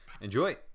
Enjoy